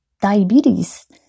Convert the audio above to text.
diabetes